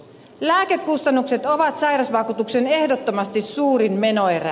lääkekustannukset ovat sairausvakuutuksen ehdottomasti suurin menoerä